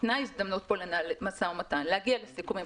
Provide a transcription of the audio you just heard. ניתנה פה הזדמנות לנהל משא ומתן, להגיע לסיכומים.